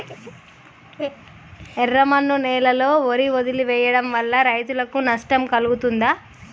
ఎర్రమన్ను నేలలో వరి వదిలివేయడం వల్ల రైతులకు నష్టం కలుగుతదా?